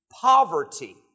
Poverty